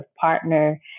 partner